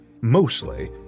mostly